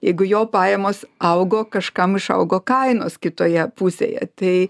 jeigu jo pajamos augo kažkam išaugo kainos kitoje pusėje tai